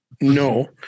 no